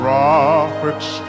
Prophets